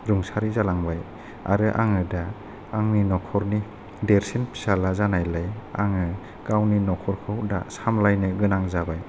रुंसारि जालांबाय आरो आङो दा आंनि नखरनि देरसिन फिसाला जानायलाय आङो गावनि नखरखौ दा सामलायनो गोनां जाबाय